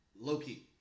Low-key